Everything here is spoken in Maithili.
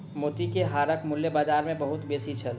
मोती के हारक मूल्य बाजार मे बहुत बेसी छल